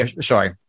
Sorry